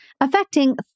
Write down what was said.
affecting